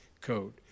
code